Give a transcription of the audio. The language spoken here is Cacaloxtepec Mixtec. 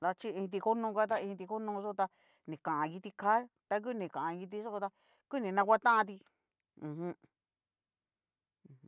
Dachí iinti konoga ta iinti konoyó ta ni kan kitika ta ngu ni kan kitiyo tá ngu ni naguatanti ujum.